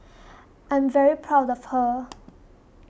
I'm very proud of her